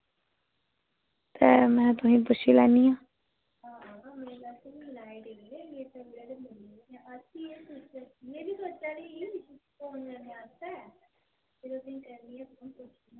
ते में तुसेंगी पुच्छी लैन्नी आं